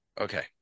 Okay